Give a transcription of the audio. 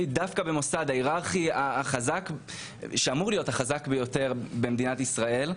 דווקא במוסד ההיררכי שאמור להיות החזק ביותר במדינת ישראל.